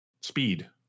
speed